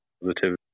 positivity